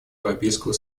европейского